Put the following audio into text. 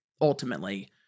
ultimately